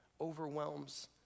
overwhelms